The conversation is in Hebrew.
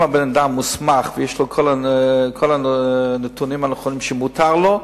אם הבן-אדם מוסמך ויש לו כל הנתונים הנכונים שמותר לו,